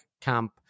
camp